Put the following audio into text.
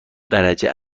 درجه